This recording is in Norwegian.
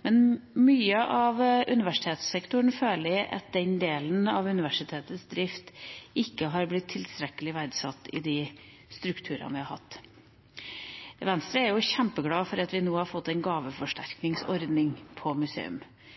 Men i mye av universitetssektoren føler jeg at den delen av universitetenes drift ikke har blitt tilstrekkelig verdsatt i de strukturene vi har hatt. Vi i Venstre er kjempeglade for at vi nå har fått en gaveforsterkningsordning